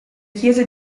chiese